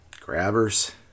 Grabbers